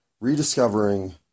rediscovering